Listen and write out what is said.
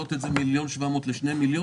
להעלות את זה מ-1.7 מיליון ל-2 מיליון,